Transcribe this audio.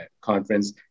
conference